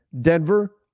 Denver